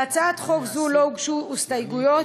להצעת חוק זו לא הוגשו הסתייגויות.